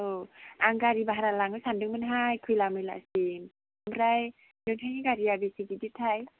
औ आं गारि भारा लांनो सान्दोंमोनहाय खैला मैलासिम ओमफ्राय नोंथांनि गारिया बेसे गिदिर थाय